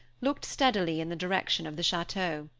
looked steadily in the direction of the chateau.